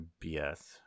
BS